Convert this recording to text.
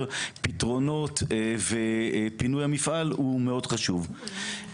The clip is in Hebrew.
פתרונות בפינוי המפעל הוא מאוד חשוב.